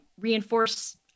reinforce